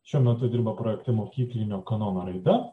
šiuo metu dirba projekte mokyklinio kanono raida